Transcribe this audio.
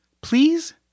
Please